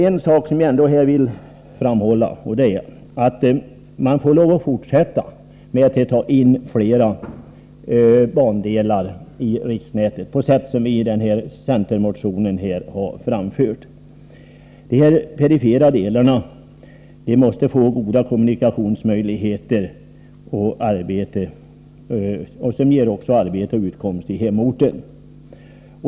En sak vill jag ändå framhålla här, och det är att man får lov att fortsätta med att ta in flera bandelar i riksnätet, på sätt som vi i centermotionen har framfört. De perifera delarna måste få goda kommunikationer, som också ger möjligheter till arbete och utkomst i hemorten.